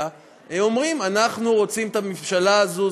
אומרים: אנחנו רוצים את הממשלה הזאת.